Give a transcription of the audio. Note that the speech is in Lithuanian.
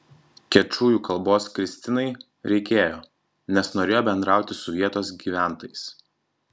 kečujų kalbos kristinai reikėjo nes norėjo bendrauti su vietos gyventojais